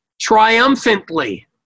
triumphantly